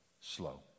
Slow